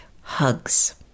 hugs